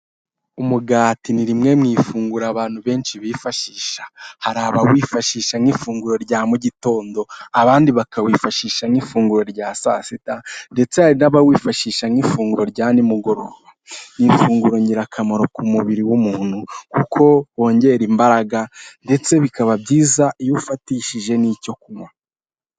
Umugati ni rimwe mu ifunguro abantu benshi bifashisha, hari abawifashisha nk'ifunguro rya mu gitondo, abandi bakawifashisha nk'ifunguro rya saa sita ndetse hari n'abawifashisha nk'ifunguro rya ni mugoroba, ni ifunguro ingirakamaro ku mubiri w'umuntu kuko wongera imbaraga ndetse bikaba byiza iyo ufatishije n'icyo kunywa.